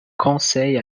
conseils